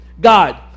God